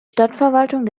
stadtverwaltung